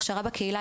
הכשרה בקהילה,